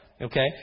Okay